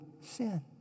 sin